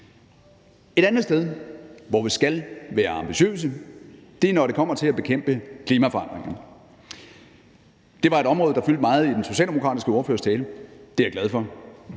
Et andet sted, hvor vi skal være ambitiøse, er, når det kommer til at bekæmpe klimaforandringerne. Det var et område, der fyldte meget i den socialdemokratiske ordførers tale – det er jeg glad for.